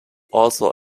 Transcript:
also